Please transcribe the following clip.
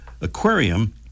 Aquarium